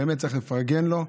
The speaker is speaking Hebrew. באמת צריך לפרגן לו.